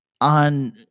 on